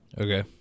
Okay